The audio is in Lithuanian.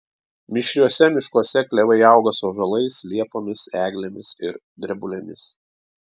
mišriuose miškuose klevai auga su ąžuolais liepomis eglėmis ir drebulėmis